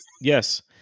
Yes